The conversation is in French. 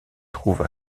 trouve